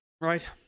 right